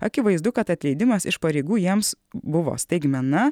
akivaizdu kad atleidimas iš pareigų jiems buvo staigmena